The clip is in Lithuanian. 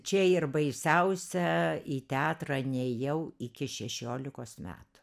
čia ir baisiausia į teatrą nėjau iki šešiolikos metų